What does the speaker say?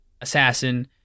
assassin